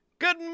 Good